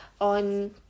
on